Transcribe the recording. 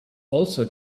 also